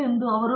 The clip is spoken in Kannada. ಪ್ರೊಫೆಸರ್